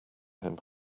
him